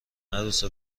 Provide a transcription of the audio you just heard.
عروس